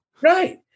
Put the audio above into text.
Right